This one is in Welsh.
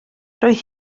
roedd